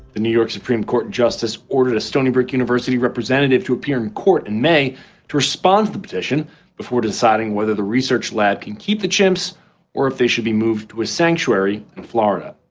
the new york supreme court justice ordered a stony brook university representative to appear in court in may to respond to the petition before deciding whether the research lab can keep the chimps or if they should be moved to a sanctuary in florida.